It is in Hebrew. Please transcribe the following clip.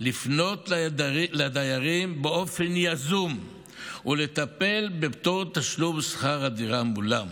לפנות לדיירים באופן יזום ולטפל בפטור מתשלום שכר הדירה מולם.